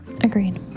Agreed